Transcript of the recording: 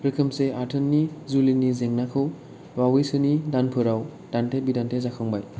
रोखोमसे आथोननि जुलिनि जेंनाखौ बावैसोनि दानफोराव दान्थे बिदान्थे जाखांबाय